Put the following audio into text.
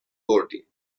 بردیم